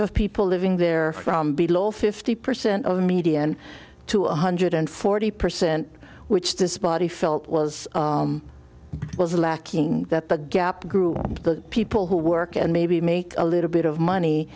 of people living there from below fifty percent of the media and to a hundred and forty percent which this body felt was lacking that the gap grew the people who work and maybe make a little bit of money